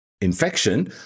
infection